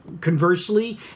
conversely